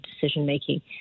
decision-making